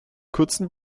kurzen